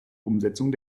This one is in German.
umsetzung